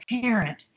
parent